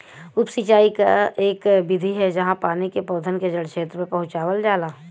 उप सिंचाई क इक विधि है जहाँ पानी के पौधन के जड़ क्षेत्र में पहुंचावल जाला